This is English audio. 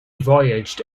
voyaged